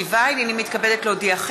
2017, נתקבלה.